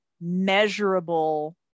measurable